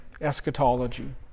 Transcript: eschatology